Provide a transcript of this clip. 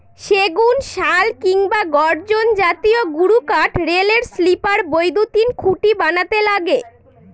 সেগুন, শাল কিংবা গর্জন জাতীয় গুরুকাঠ রেলের স্লিপার, বৈদ্যুতিন খুঁটি বানাতে লাগে